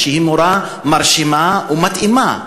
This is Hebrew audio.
שהיא מורה מרשימה ומתאימה.